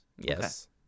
Yes